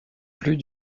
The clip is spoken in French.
plus